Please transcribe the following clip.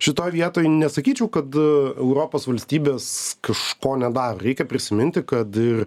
šitoj vietoj nesakyčiau kad europos valstybės kažko nedaro reikia prisiminti kad ir